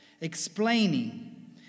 explaining